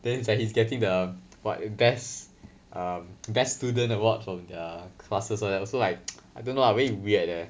then he's like he's getting the what best err best student award from the classes all that so like I don't know lah very weird leh